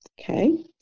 Okay